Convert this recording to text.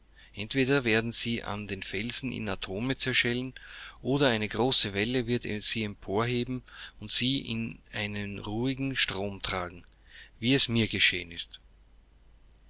entweder werden sie an den felsen in atome zerschellen oder eine große welle wird sie emporheben und sie in einen ruhigen strom tragen wie es mir geschehen ist